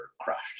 crushed